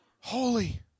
holy